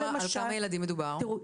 על כמה ילדים מדובר?